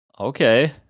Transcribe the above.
okay